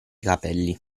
capelli